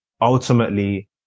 Ultimately